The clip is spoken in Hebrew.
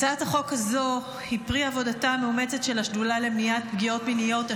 הצעת החוק הזו היא פרי עבודתה המאומצת של השדולה למניעת פגיעות מיניות,